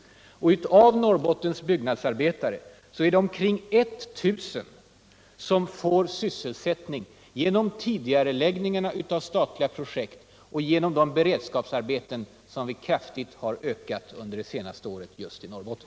Av Norrbottens byggnadsarbetare är det omkring 1 000 som får sysselsättning genom tidigareläggningarna av statliga projekt och genom de beredskapsarbeten som vi kraftigt har ökat under det senaste året just i Norrbotten.